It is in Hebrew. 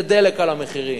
זה דלק על המחירים.